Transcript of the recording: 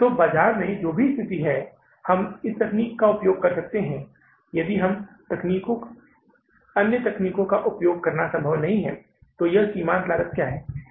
तो बाजार में जो भी स्थिति है हम इस तकनीक का उपयोग कर सकते हैं यदि अन्य तकनीकों का उपयोग करना संभव नहीं है तो यह सीमांत लागत क्या है